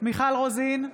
מיכל רוזין,